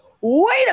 Wait